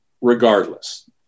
regardless